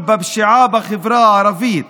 לטיפול בפשיעה בחברה הערבית